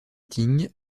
meetings